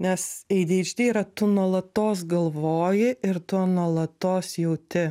nes eidieidždi yra tu nuolatos galvoji ir tu nuolatos jauti